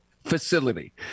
Facility